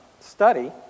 study